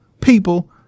People